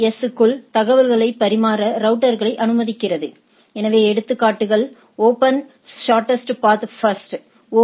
S க்குள் தகவல்களை பரிமாற ரவுட்டர்களை அனுமதிக்கிறது எனவே எடுத்துக்காட்டுகள் ஓபன் ஸார்ட்டெஸ்ட் பாத் ஃபஸ்ட் அல்லது ஓ